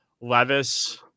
levis